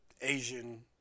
Asian